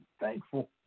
thankful